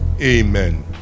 amen